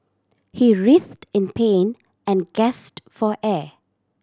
he writhed in pain and gasped for air